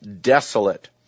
desolate